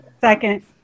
Second